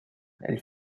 elle